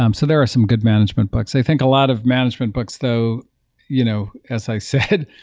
um so there are some good management books i think a lot of management books though you know as i said,